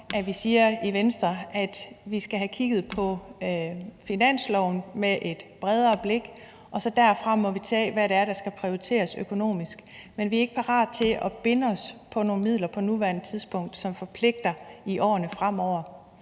vi siger i Venstre, at vi skal have kigget på finansloven med et bredere blik, og derfra må vi så tage, hvad det er, der skal prioriteres økonomisk. Men vi er ikke parate til at binde os på nogle midler på nuværende tidspunkt, som forpligter i årene fremover.